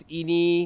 ini